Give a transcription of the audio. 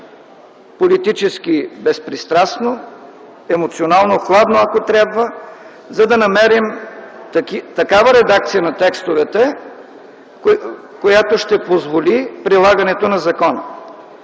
политически безпристрастно, емоционално хладно, ако трябва, за да намерим такава редакция на текстовете, която ще позволи прилагането на закона.